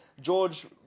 George